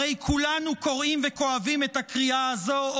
הרי כולנו קרועים וכואבים את הקריעה הזו.